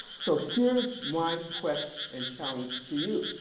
so here is my quest and challenge to you.